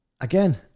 again